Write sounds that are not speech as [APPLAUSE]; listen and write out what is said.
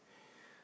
[BREATH]